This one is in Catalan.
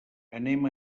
anem